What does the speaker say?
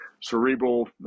cerebral